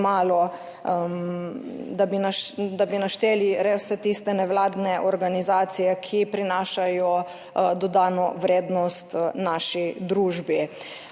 da bi našteli res vse tiste nevladne organizacije, ki prinašajo dodano vrednost naši družbi.